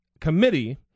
committee